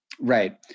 right